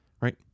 right